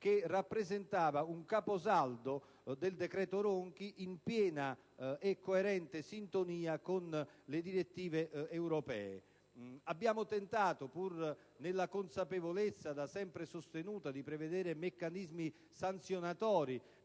che rappresentava un caposaldo del decreto Ronchi in piena sintonia con le direttive europee. Abbiamo tentato, pur nella consapevolezza da sempre sostenuta di prevedere meccanismi sanzionatori